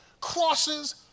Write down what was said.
crosses